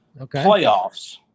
playoffs